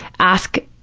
ask,